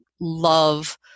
love